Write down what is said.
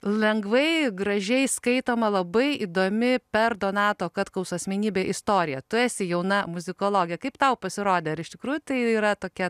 lengvai gražiai skaitoma labai įdomi per donato katkaus asmenybę istorija tu esi jauna muzikologė kaip tau pasirodė ar iš tikrųjų tai yra tokia